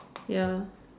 ya